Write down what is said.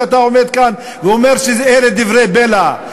שאתה עומד כאן ואומר שאלה דברי בלע.